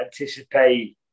anticipate